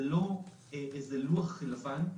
זה לא לוח לבן,